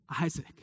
Isaac